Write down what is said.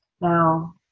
Now